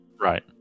Right